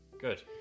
Good